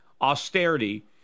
austerity